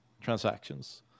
transactions